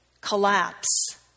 collapse